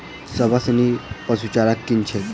सबसँ नीक पशुचारा कुन छैक?